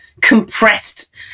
compressed